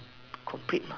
complete mah